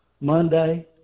Monday